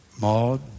Maud